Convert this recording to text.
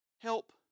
help